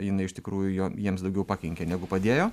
jinai iš tikrųjų jo jiems daugiau pakenkė negu padėjo